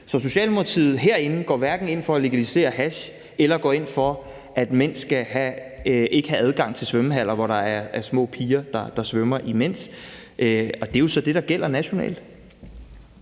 Så Socialdemokratiet herinde går hverken ind for at legalisere hash, eller at mænd ikke skal have adgang til svømmehaller, hvor der er små piger, der svømmer imens, og det er jo så det, der gælder nationalt.